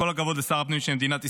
אז כל הכבוד לשר הפנים של מדינת ישראל.